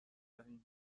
دهیم